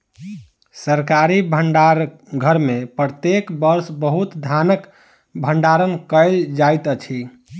सरकारी भण्डार घर में प्रत्येक वर्ष बहुत धानक भण्डारण कयल जाइत अछि